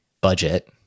budget